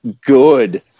good